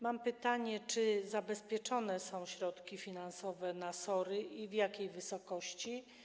Mam pytanie: Czy zabezpieczone są środki finansowe na SOR-y i w jakiej wysokości?